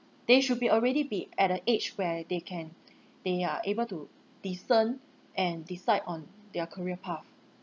they should be already be at a age where they can they are able to discern and decide on their career path